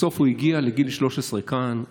בסוף הוא הגיע לגיל 13 כאן,